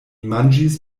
manĝis